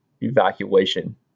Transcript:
evacuation